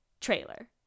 trailer